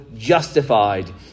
justified